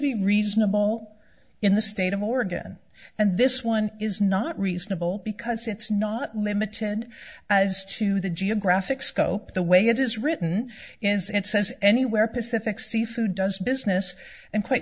be reasonable in the state of oregon and this one is not reasonable because it's not mehmet in as to the geographic scope the way it is written is and says anywhere pacific seafood does business and quite